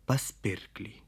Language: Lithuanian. pas pirklį